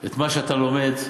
את מה שאתה לומד,